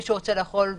מי שרוצה לאכול בחוץ,